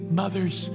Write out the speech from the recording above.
mothers